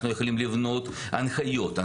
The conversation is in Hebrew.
אנחנו יכולים לבנות הנחיות,